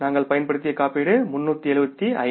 நாம் பயன்படுத்திய காப்பீடு 375